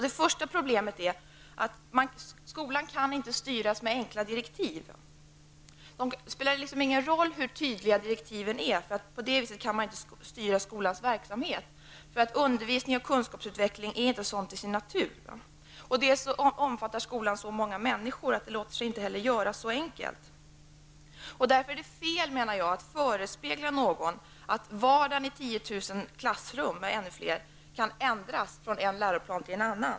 Det första problemet är att skolan inte kan styras med enkla direktiv -- det spelar ingen roll hur tydliga de är. Undervisning och kunskapsutveckling är inte sådan till sin natur att det går att styra skolans verksamhet på det viset. Dessutom omfattar skolans verksamhet så många människor att det inte låter sig göra så enkelt. Därför menar jag att det är fel att förespegla någon att vardagen i mer än 10 000 klassrum kan ändras från en läroplan till en annan.